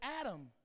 Adam